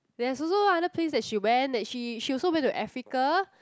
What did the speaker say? there's also other place that she went that she she also went to Africa